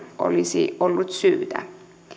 olisi ollut syytä